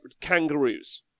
kangaroos